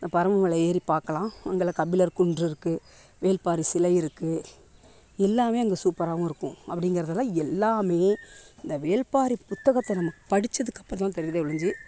அந்த பறம்பு மலை ஏறி பார்க்கலாம் அங்கே கபிலர் குன்று இருக்கு வேள்பாரி சிலை இருக்கு எல்லாம் அங்கே சூப்பராகவும் இருக்கும் அப்படிங்கிறத தான் எல்லாம் இந்த வேள்பாரி புத்தகத்தை நம்ம படித்ததுக்கு அப்புறம் தான் தெரிஞ்சதே ஒழிஞ்சு